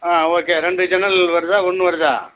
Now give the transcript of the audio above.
ஆ okay ரெண்டு ஜன்னல் வருதா ஒன்று வருதா